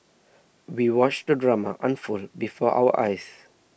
we watched the drama unfold before our eyes